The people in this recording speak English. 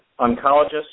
oncologists